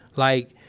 like,